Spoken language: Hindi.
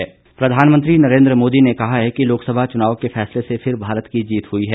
प्रधानमंत्री प्रधानमंत्री नरेन्द्र मोदी ने कहा है कि लोकसभा चुनाव के फैसले से फिर भारत की जीत हुई है